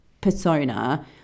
persona